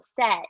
set